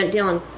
Dylan